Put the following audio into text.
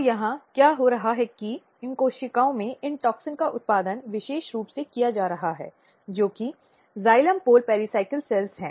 तो यहाँ क्या हो रहा है कि इन कोशिकाओं में इन टोक्सिन का उत्पादन विशेष रूप से किया जा रहा है जो कि जाइलम पोल पेराइकल कोशिकाएं हैं